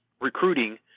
recruiting